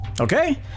Okay